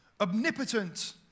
omnipotent